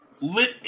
lit